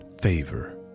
favor